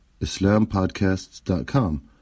islampodcasts.com